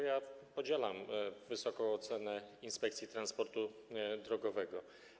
Ja podzielam wysoką ocenę Inspekcji Transportu Drogowego.